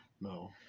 No